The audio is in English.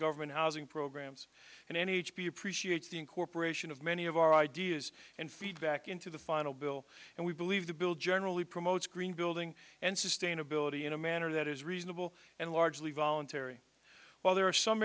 government housing programs and any age be appreciates the incorporation of many of our ideas and feedback into the final bill and we believe the bill generally promotes green building and sustainability in a manner that is reasonable and largely voluntary while there are some